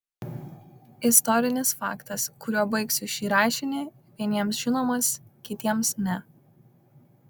istorinis faktas kuriuo baigsiu šį rašinį vieniems žinomas kitiems ne